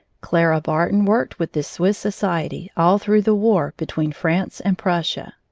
clara barton worked with this swiss society all through the war between france and prussia.